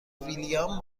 ویلیام